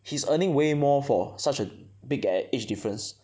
he's earning way more for such a big ag~ age difference